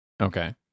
Okay